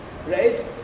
right